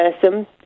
person